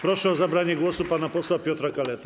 Proszę o zabranie głosu pana posła Piotra Kaletę.